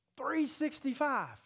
365